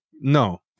No